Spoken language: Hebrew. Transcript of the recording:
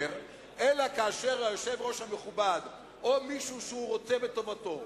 אלא כאשר היושב-ראש המכובד או מישהו שהוא רוצה בטובתו,